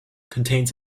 contains